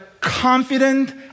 confident